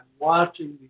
watching